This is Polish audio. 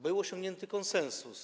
Był osiągnięty konsensus.